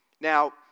Now